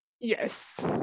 Yes